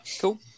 Cool